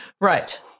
Right